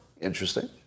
interesting